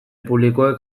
publikoek